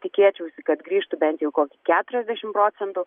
tikėčiausi kad grįžtų bent jau koks keturiasdešim procentų